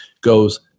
Goes